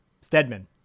Stedman